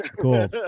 cool